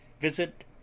visit